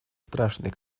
страшный